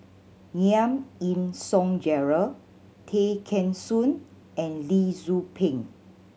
Giam Yean Song Gerald Tay Kheng Soon and Lee Tzu Pheng